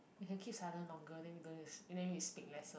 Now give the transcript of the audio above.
we keep silent longer then we don't need to and then we speak lesser